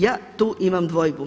Ja tu imam dvojbu.